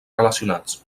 relacionats